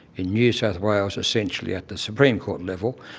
in new south wales essentially at the supreme court level,